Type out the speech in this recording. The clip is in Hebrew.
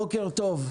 בוקר טוב.